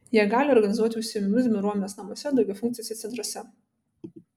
jie gali organizuoti užsiėmimus bendruomenės namuose daugiafunkciuose centruose